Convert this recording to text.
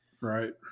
Right